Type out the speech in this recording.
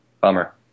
Bummer